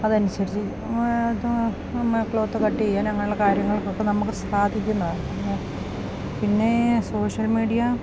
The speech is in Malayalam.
അത് അനുസരിച്ച് അത് മ്മേ ക്ലോത്ത് കട്ട് ചെയ്യാനും അങ്ങനുള്ള കാര്യങ്ങൾക്ക് ഒക്കെ നമുക്ക് സാധിക്കുന്നു പിന്നെ സോഷ്യൽ മീഡിയ